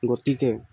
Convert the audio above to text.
গতিকে